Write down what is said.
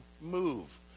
move